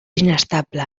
inestable